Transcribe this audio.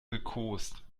gekost